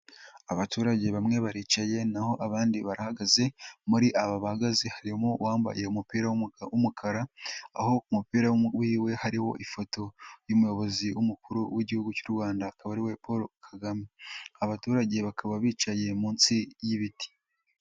Abaturage bamwe baricaye naho abandi barahagaze. Muri aba bahagaze harimo uwambaye umupira w'umukara aho umupira wiwe hariho ifoto y'umuyobozi w'umukuru w'igihugu cy'u Rwanda akaba ariwe Paul Kagame, abaturage bakaba bicaye munsi y'ibiti.